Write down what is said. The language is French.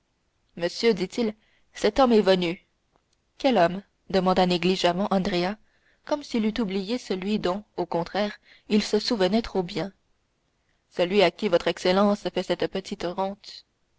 monsieur dit-il cet homme est venu quel homme demanda négligemment andrea comme s'il eût oublié celui dont au contraire il se souvenait trop bien celui à qui votre excellence fait cette petite rente